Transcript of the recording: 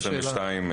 2022,